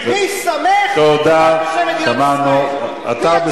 מי שמך לדבר בשם מדינת ישראל?